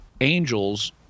angels